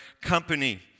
company